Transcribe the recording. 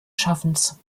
schaffens